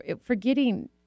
forgetting